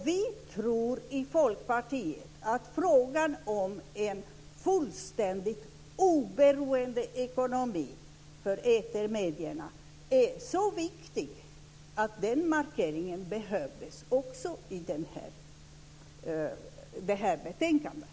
Vi tror i Folkpartiet att frågan om en fullständigt oberoende ekonomi för etermedierna är så viktig att den markeringen också behövdes i det här betänkandet.